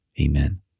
Amen